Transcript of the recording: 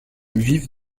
vivent